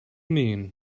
mean